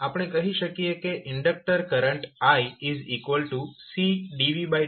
આપણે કહી શકીએ કે ઇન્ડક્ટર કરંટ iCdvdt છે